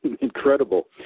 Incredible